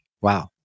wow